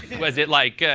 was it like,